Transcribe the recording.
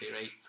right